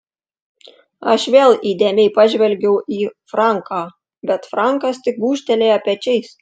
aš vėl įdėmiai pažvelgiau į franką bet frankas tik gūžtelėjo pečiais